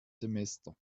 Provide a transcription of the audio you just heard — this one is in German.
semester